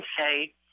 say